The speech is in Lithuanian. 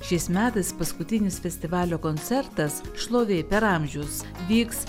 šiais metais paskutinis festivalio koncertas šlovė per amžius vyks